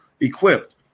equipped